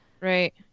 Right